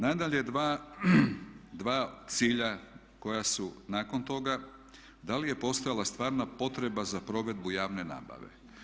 Nadalje, dva cilja koja su nakon toga da li je postojala stvarna potreba za provedbu javne nabave.